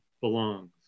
belongs